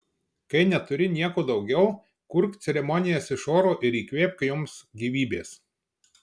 kai neturi nieko daugiau kurk ceremonijas iš oro ir įkvėpk joms gyvybės